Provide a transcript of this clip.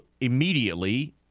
immediately